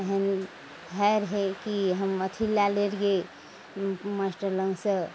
एहन होइ रहय कि हम अथी लए ले रहियै मास्टर लगसँ